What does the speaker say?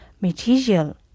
material